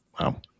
Wow